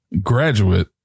graduate